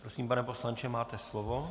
Prosím, pane poslanče, máte slovo.